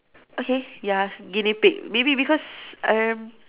okay ya guinea pig maybe because erm